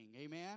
Amen